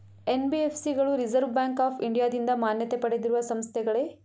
NBFC ಗಳು reserve bank of ಇಂಡಿಯಾದಿಂದ ಮಾನ್ಯತೆ ಪಡೆದಿರುವ ಸಂಸ್ಥೆಗಳೇ?